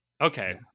okay